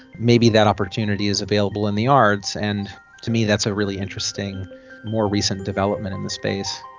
maybe that opportunity is available in the arts. and to me that's a really interesting more recent development in the space.